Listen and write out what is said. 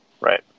Right